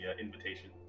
invitation